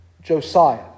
Josiah